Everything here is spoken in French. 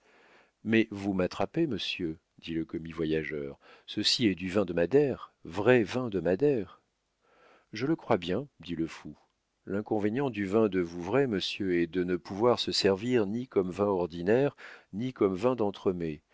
mais vous m'attrapez monsieur dit le commis-voyageur ceci est du vin de madère vrai vin de madère je le crois bien dit le fou l'inconvénient du vin de vouvray monsieur est de ne pouvoir se servir ni comme vin ordinaire ni comme vin d'entremets